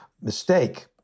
mistake